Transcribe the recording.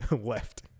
left